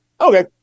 okay